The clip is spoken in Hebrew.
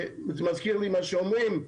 זה מזכיר לי מה שאומרים,